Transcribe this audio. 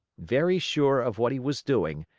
very sure of what he was doing,